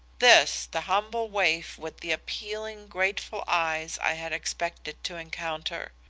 this, the humble waif with the appealing grateful eyes i had expected to encounter?